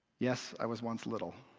yes, i was once little.